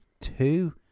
two